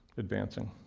advancing.